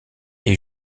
est